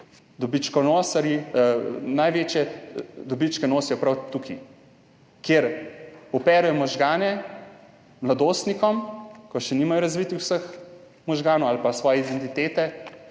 dobičke nosijo prav tukaj, kjer operejo možgane mladostnikom, ki še nimajo razvitih možganov ali pa svoje identitete,